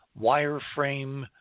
wireframe